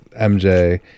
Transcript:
MJ